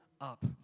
up